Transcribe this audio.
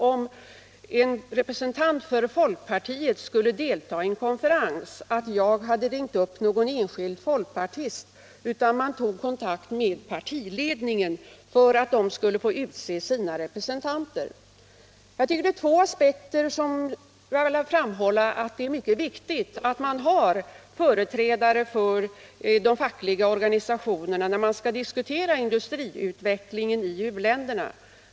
Om en representant för folkpartiet skulle delta i en konferens, skulle jag aldrig ha kommit på idén att ringa upp någon enskild folkpartist, utan jag skulle ha tagit kontakt med partiledningen för att den skulle få utse sina representante.. Den här frågan har två aspekter. Det är mycket viktigt att företrädare för de fackliga organisationerna finns med när man skall diskutera industriutvecklingen i u-länderna.